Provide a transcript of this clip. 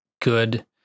good